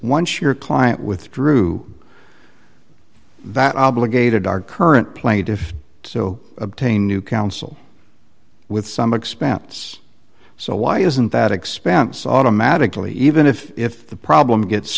once your client withdrew that obligated our current plaintiffs so obtain new counsel with some expense so why isn't that expense automatically even if if the problem gets